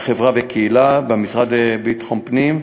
אגף חברה ומניעת פשיעה במשרד לביטחון פנים,